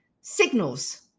signals